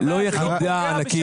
לא יחידה ענקית,